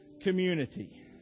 community